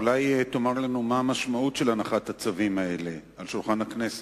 אולי תאמר לנו מה המשמעות של הנחת הצווים האלה על שולחן הכנסת.